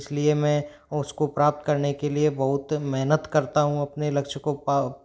इसलिए मैं उसको प्राप्त करने के लिए बहुत मेहनत करता हूँ अपने लक्ष्य को पा